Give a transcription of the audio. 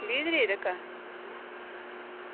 बीह् तरीक तगर